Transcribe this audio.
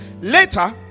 Later